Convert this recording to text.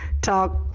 Talk